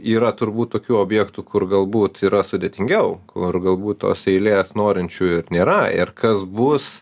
yra turbūt tokių objektų kur galbūt yra sudėtingiau kur galbūt tos eilės norinčiųjų nėra ir kas bus